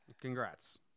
Congrats